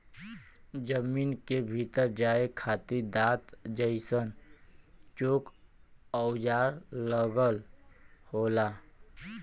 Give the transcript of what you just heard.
जमीन के भीतर जाये खातिर दांत जइसन चोक औजार लगल होला